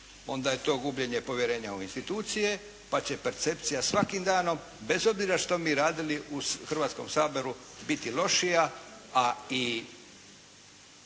Onda je to gubljenje povjerenja u institucije, pa će percepcija svakim danom bez obzira što mi radili u Hrvatskom saboru biti lošija, a i